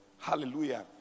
Hallelujah